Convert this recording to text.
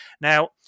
now